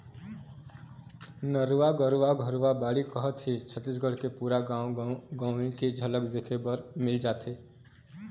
नरूवा, गरूवा, घुरूवा, बाड़ी कहत ही छत्तीसगढ़ के पुरा गाँव गंवई के झलक देखे बर मिल जाथे